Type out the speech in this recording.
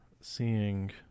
seeing